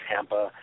Tampa